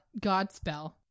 Godspell